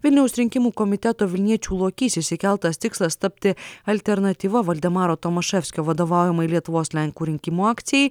vilniaus rinkimų komiteto vilniečių lokys išsikeltas tikslas tapti alternatyva valdemaro tomaševskio vadovaujamai lietuvos lenkų rinkimų akcijai